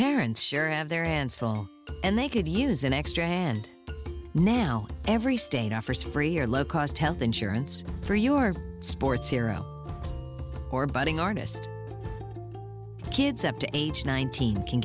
full and they could use an extra hand now every state offers free or low cost health insurance for your sports hero or budding artist kids up to age nineteen can